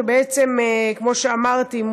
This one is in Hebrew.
שכמו שאמרתי,